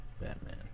Batman